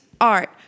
art